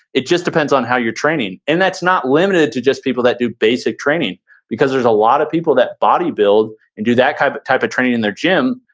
it just depends on how you're training. and that's not limited to just people that do basic training because there's a lot of people that body build and do that kind of type of training in their gym,